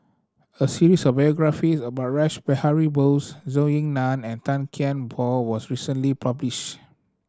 a series of biographies about Rash Behari Bose Zhou Ying Nan and Tan Kian Por was recently published